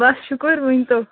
بَس شُکُر ؤنۍتَو